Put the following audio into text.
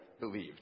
believed